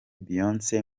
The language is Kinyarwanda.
beyonce